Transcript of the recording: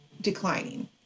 declining